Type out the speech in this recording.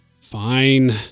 Fine